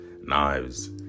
knives